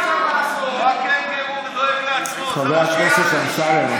חבר הכנסת אמסלם,